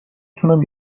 تونم